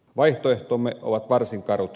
vaihtoehtomme ovat varsin karut